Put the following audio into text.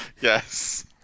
Yes